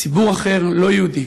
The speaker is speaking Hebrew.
ציבור אחר לא יהודי,